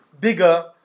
bigger